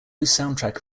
soundtrack